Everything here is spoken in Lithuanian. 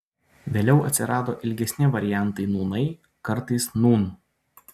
vėliau atsirado ilgesni variantai nūnai kartais nūn